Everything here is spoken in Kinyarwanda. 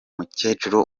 mukecuru